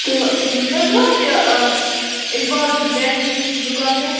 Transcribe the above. تہٕ تۄہہِ چھِو حَظ یہِ اِقبال بیکری دُکان پیٹھ